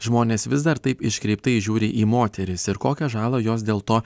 žmonės vis dar taip iškreiptai žiūri į moteris ir kokią žalą jos dėl to